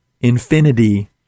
Infinity